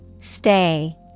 Stay